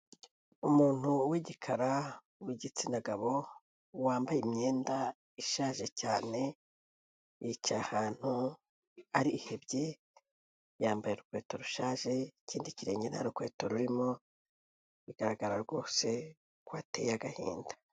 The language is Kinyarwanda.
Umuntu w'igikara w'igitsina gabo wambaye imyenda ishaje cyane, yicaye ahantu arihebye yambaye urukweto rushaje ikindi kirenge nta rukweto rurimo bigaragara rwose ko ateye agahinda.